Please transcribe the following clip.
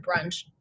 brunch